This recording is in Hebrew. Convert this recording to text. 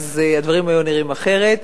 הדברים היו נראים אחרת.